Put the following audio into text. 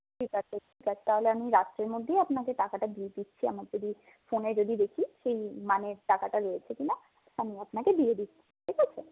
ঠিক আছে ঠিক আছে তাহলে আমি রাত্রের মধ্যেই আপনাকে টাকাটা দিয়ে দিচ্ছি আমার যদি ফোনে যদি দেখি সেই মানের টাকাটা রয়েছে কিনা আমি আপনাকে দিয়ে দিচ্ছি ঠিক আছে